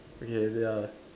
okay ya